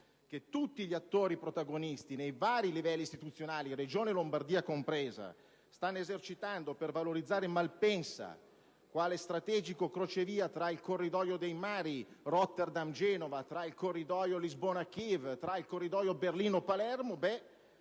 che tutti gli attori protagonisti nei vari livelli istituzionali, Regione Lombardia compresa, stanno esercitando per valorizzare Malpensa quale strategico crocevia tra il Corridoio dei mari Rotterdam-Genova, tra il Corridoio Lisbona-Kiev e Berlino-Palermo, non